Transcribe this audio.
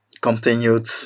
continued